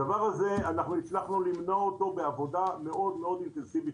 את הדבר הזה הצלחנו למנוע בעבודה אינטנסיבית מאוד,